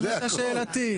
זאת הייתה שאלתי.